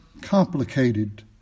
complicated